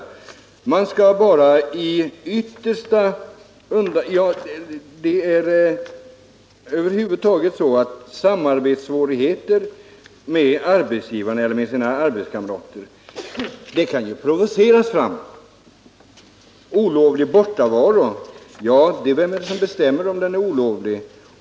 Uppsägning skall få ske endast i yttersta undantagsfall. Svårigheter att samarbeta med arbetsgivaren eller arbetskamraterna kan provoceras fram. När det gäller olovlig bortovaro kan man fråga sig vem som bestämmer att den är olovlig.